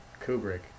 Kubrick